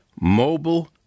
mobile